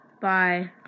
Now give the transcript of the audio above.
bye